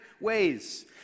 ways